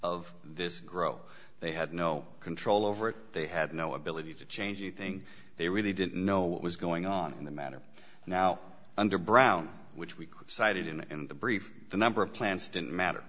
of this grow they had no control over it they had no ability to change anything they really didn't know what was going on in the matter now under brown which we could cited and the brief the number of plants didn't matter